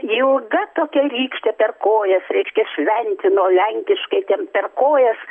ilga tokia rykšte per kojas reiškia šventino lenkiškai ten per kojas